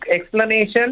explanation